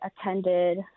attended